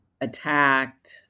attacked